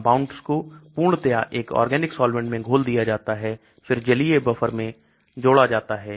compound को पूर्णतया एक organic solvent मैं घोल दिया जाता फिर जलीय बफर में जुड़ा जाता है